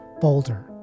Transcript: Boulder